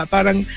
Parang